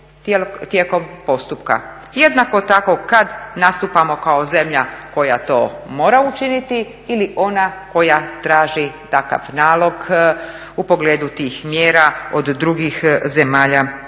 tijekom postupka, jednako tako kada nastupamo kao zemlja koja to mora učiniti ili ona koja traži takav nalog u pogledu tih mjera od drugih zemalja